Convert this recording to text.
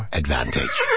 advantage